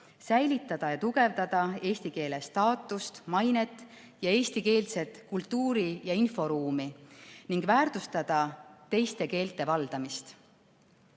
säilitada ja tugevdada eesti keele staatust, mainet ja eestikeelset kultuuriruumi ning väärtustada teiste keelte valdamist."